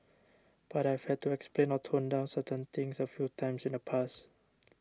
but I've had to explain or tone down certain things a few times in the past